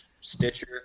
Stitcher